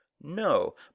no